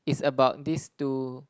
it's about this two